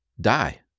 die